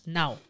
now